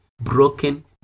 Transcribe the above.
broken